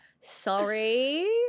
sorry